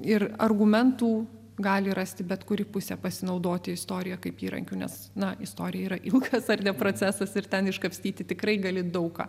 ir argumentų gali rasti bet kuri pusė pasinaudoti istorija kaip įrankiu nes na istorija yra ilgas ar ne procesas ir ten iškapstyti tikrai gali daug ką